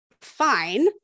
fine